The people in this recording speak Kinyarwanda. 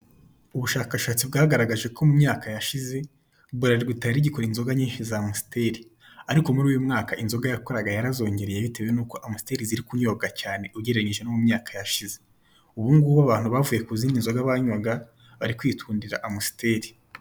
Ubushakashatsi bwagaragaje ko mu myaka yashize Bralirwa itarigikora inzoga nyinshi za amstel ariko muri uyu mwaka inzoga yakoraga yarazongereye bitewe nuko amstel ziri kunyobwa cyane ugereranyije no mu myaka yashize ubungubu abantu bavuye kuzindi nzoga banywaga bari kwikundira amstel.